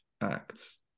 acts